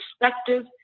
perspective